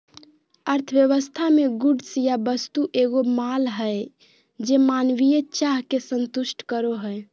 अर्थव्यवस्था मे गुड्स या वस्तु एगो माल हय जे मानवीय चाह के संतुष्ट करो हय